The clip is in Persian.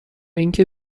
اینکه